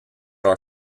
are